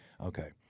okay